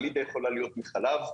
גלידה יכולה להיות מחלב,